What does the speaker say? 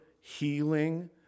healing